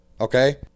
okay